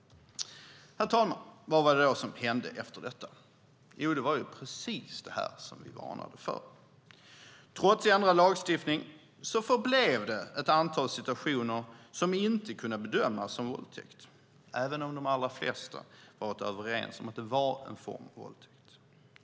Herr talman! Vad var det då som hände efter detta? Jo, precis det som vi hade varnat för. Trots ändrad lagstiftning förblev det ett antal situationer som inte kunde bedömas som våldtäkt, även om de allra flesta var överens om att det var en form av våldtäkt.